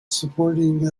supporting